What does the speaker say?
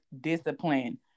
discipline